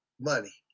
money